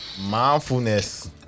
mindfulness